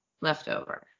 leftover